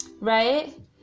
right